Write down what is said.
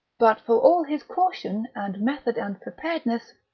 but for all his caution and method and preparedness,